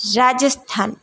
Rajasthan